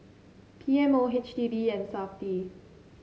P M O H G D and Safti